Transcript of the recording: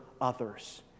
others